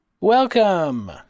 Welcome